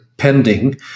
pending